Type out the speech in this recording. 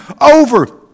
over